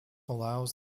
allows